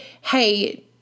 hey